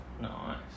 Nice